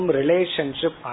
relationship